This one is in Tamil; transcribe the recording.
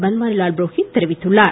பன்வாரிலால் புரோகித் தெரிவித்துள்ளார்